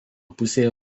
pusėje